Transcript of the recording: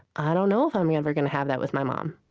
i don't know if i'm yeah ever going to have that with my mom.